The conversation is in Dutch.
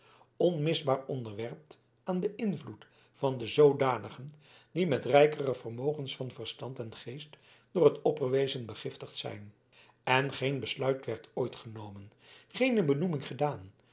onmisbaar onderwerpt aan den invloed van de zoodanigen die met rijkere vermogens van verstand en geest door het opperwezen begiftigd zijn en geen besluit werd ooit genomen geene benoeming gedaan